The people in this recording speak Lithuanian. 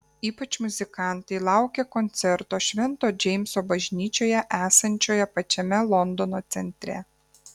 ypač muzikantai laukia koncerto švento džeimso bažnyčioje esančioje pačiame londono centre